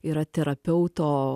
yra terapeuto